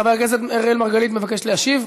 חבר הכנסת אראל מרגלית מבקש להשיב?